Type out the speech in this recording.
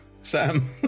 Sam